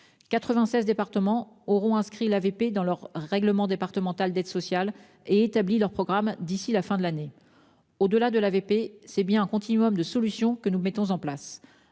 96 départements auront inscrit l'AVP dans leur règlement départemental d'aide sociale et établi leur programme d'ici à la fin de l'année. Au-delà de ce dispositif, c'est bien un continuum de solutions que nous mettons en place.